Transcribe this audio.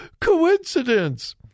coincidence